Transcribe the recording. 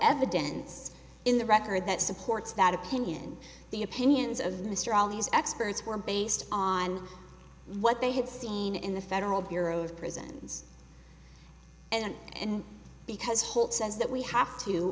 evidence in the record that supports that opinion the opinions of mr all these experts were based on what they had seen in the federal bureau of prisons and and because holt says that we have t